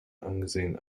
angesehen